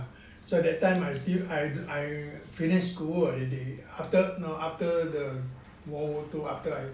ya so that time I still I finished school already after no after the world war two after I